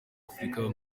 afurika